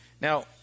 Now